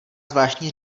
zvláštní